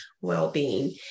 well-being